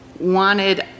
wanted